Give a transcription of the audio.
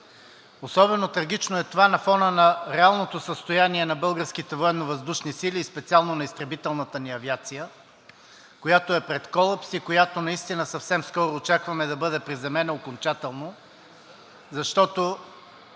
Особено трагично е това на фона реалното състояние на Българските военновъздушни сили и специално на изтребителната ни авиация, която е пред колапс и която наистина съвсем скоро очакваме да бъде приземена окончателно, защото